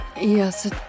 Yes